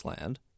land